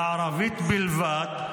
והערבית בלבד,